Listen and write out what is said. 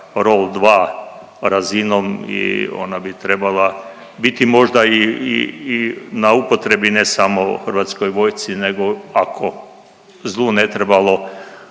ROV2, razinom i ona bi trebala biti možda i, i na upotrebi ne samo Hrvatskoj vojsci nego ako, zlu ne trebalo,